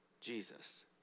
Jesus